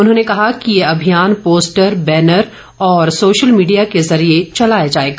उन्होंने कहा कि यह अभियान पोस्टर बैनर और सोशल मीडिया के जरिए चलाया जाएगा